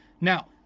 Now